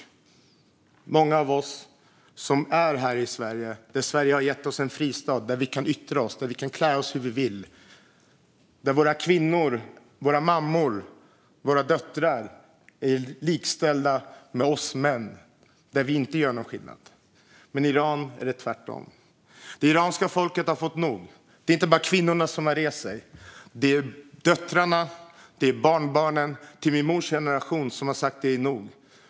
Det är många av oss som är här i Sverige, som gett oss en fristad där vi kan yttra oss och klä oss hur vi vill och där våra kvinnor - våra mammor, våra döttrar - är likställda med oss män och där vi inte gör någon skillnad. Men i Iran är det tvärtom. Det iranska folket har fått nog. Det är inte bara kvinnorna som har rest sig. Det är döttrarna och barnbarnen till min mors generation som har sagt att det är nog.